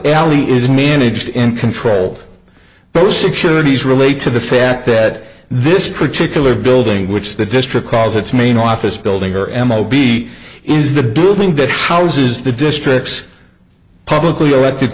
alley is managed in controlled those securities relate to the fact that this particular building which the district calls its main office building or m o b is the building that houses the districts publicly le